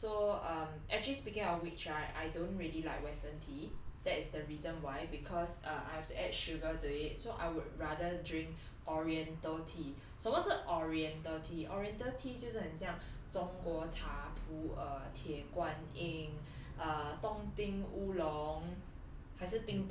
ya so um actually speaking of which I don't really like western tea that is the reason why because I have to add sugar to it so I would rather drink oriental tea so 什么是 the oriental tea oriental tea 就是很像中国茶普洱铁观音 err 冻顶乌龙